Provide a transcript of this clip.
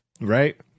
Right